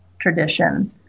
tradition